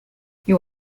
you